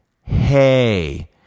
Hey